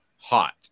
hot